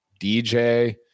dj